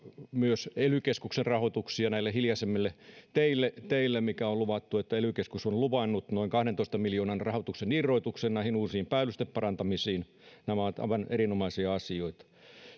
ely keskuksen rahoituksia näille hiljaisemmille teille mikä on luvattu ely keskus on luvannut noin kahdentoista miljoonan rahoituksen irrotuksen näihin uusiin päällysteiden parantamisiin nämä ovat aivan erinomaisia asioita